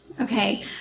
okay